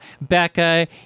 Becca